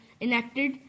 enacted